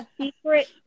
secret